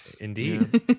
Indeed